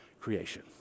creation